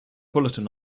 bulletin